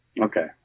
Okay